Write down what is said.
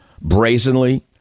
brazenly